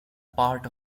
part